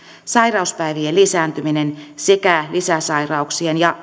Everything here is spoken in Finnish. sairauspäivien lisääntyminen sekä lisäsairauksien ja